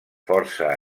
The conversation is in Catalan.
força